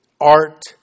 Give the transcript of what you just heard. art